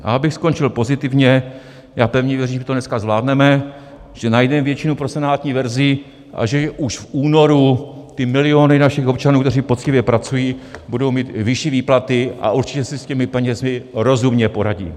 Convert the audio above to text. A abych skončil pozitivně, já pevně věřím, že to dneska zvládneme, že najdeme většinu pro senátní verzi a že už v únoru ty miliony našich občanů, kteří poctivě pracují, budou mít vyšší výplaty a určitě si s těmi penězi rozumně poradí.